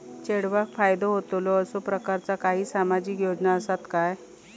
चेडवाक फायदो होतलो असो प्रकारचा काही सामाजिक योजना असात काय?